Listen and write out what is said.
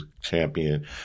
Champion